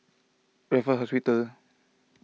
Raffles Hospital